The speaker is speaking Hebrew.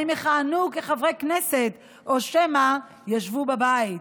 אם יכהנו כחברי כנסת או שמא ישבו בבית.